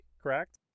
correct